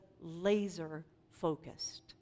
laser-focused